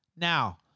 Now